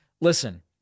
Listen